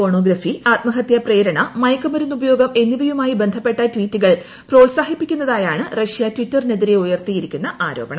pornography ആത്മഹത്യാ പ്രേരണ child മയക്കുമരുന്നുപയോഗം എന്നിവയുമായി ബന്ധപ്പെട്ട ട്വീറ്റുകൾ പ്രോത്സാഹിപ്പിക്കുന്നതായാണ് ട്ടിറ്ററിനെതിരെ റഷ്യ ഉയർത്തിയിരിക്കുന്ന ആരോപണം